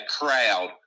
crowd